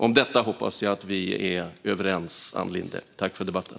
Om detta hoppas jag att vi är överens, Ann Linde. Tack för debatten!